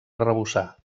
arrebossar